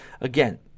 Again